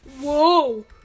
Whoa